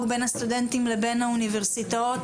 בין הסטודנטים לבין האוניברסיטאות,